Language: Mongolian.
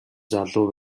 залуу